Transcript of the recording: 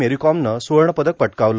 मेरीकॉमनं स्वर्ण पदक पटकावलं